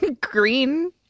green